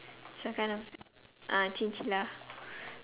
it's a kind of ah chinchilla